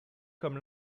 comme